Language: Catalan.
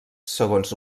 segons